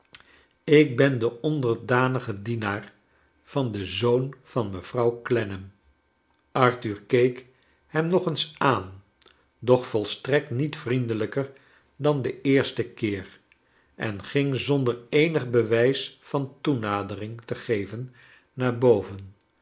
ik ben de onderdanige dienaar van den zoon van mevrouw clennam arthur keek hem nog eens aan doch volstrekt niet vriendelijker dan den eersten keer en ging zonder eenig bewijs van toenadering te geven naar boven